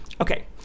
Okay